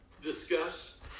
discuss